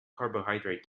carbohydrate